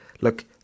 look